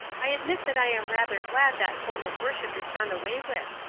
i admit that i am rather glad that form of worship is done away with.